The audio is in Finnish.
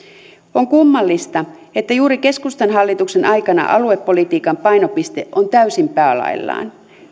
on kummallista että juuri keskustan hallituksen aikana aluepolitiikan painopiste on täysin päälaellaan